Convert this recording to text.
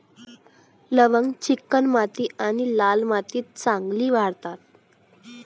लवंग चिकणमाती आणि लाल मातीत चांगली वाढतात